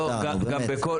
נו באמת.